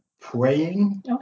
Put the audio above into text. praying